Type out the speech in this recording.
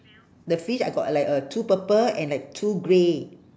the fish I got like uh two purple and like two grey